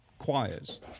choirs